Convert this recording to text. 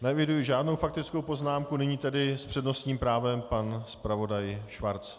Neeviduji žádnou faktickou poznámku, nyní tedy s přednostním právem pan zpravodaj Schwarz.